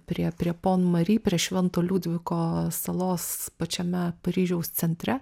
prie prie pon mary prie švento liudviko salos pačiame paryžiaus centre